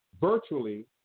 Virtually